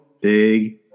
big